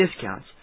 discounts